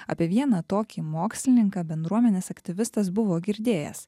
apie vieną tokį mokslininką bendruomenės aktyvistas buvo girdėjęs